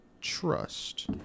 Trust